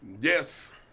Yes